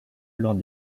lors